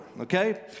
okay